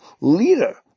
leader